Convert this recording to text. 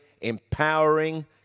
empowering